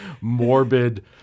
morbid